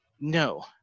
No